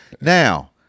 Now